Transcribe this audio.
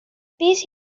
pis